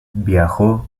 viajó